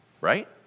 right